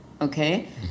okay